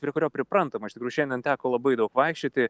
prie kurio priprantama iš tikrųjų šiandien teko labai daug vaikščioti